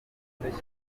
gusa